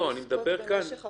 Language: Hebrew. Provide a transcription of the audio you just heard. הן עוסקות במשך החקירה.